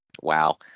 Wow